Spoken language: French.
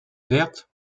verte